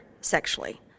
sexually